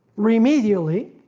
remedially,